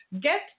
Get